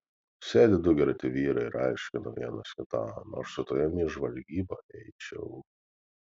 sėdi du girti vyrai ir aiškina vienas kitam aš su tavimi į žvalgybą eičiau